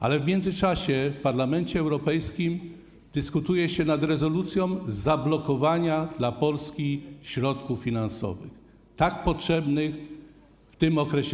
Ale w międzyczasie w Parlamencie Europejskim dyskutuje się nad rezolucją w sprawie zablokowania dla Polski środków finansowych, tak potrzebnych w tym okresie.